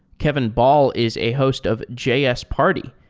kevin ball is a host of js party,